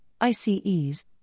ICEs